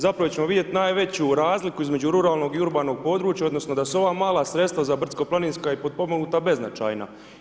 Zapravo ćemo vidjeti najveću razliku između ruralnog i urbanog područja, odnosno, da se ova mala sredstva za brdsko planinska i potpomognuta beznačajna.